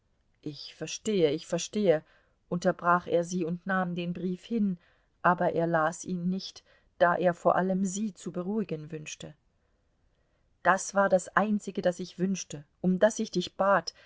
ich verstehe ich verstehe unterbrach er sie und nahm den brief hin aber er las ihn nicht da er vor allem sie zu beruhigen wünschte das war das einzige das ich wünschte um das ich dich bat